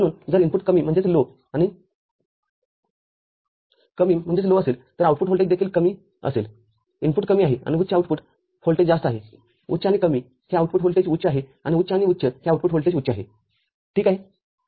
म्हणून जर इनपुट कमी आणि कमी असेल तर आउटपुट व्होल्टेज देखील कमी असेलइनपुट कमी आहे आणि उच्च आउटपुट व्होल्टेज जास्त आहेउच्च आणि कमीहे आउटपुट व्होल्टेज उच्च आहेआणि उच्च आणि उच्चहे आउटपुट व्होल्टेज उच्चआहे ठीक आहे